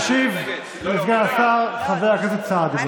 ישיב לסגן השר חבר הכנסת סעדי.